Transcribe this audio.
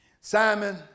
Simon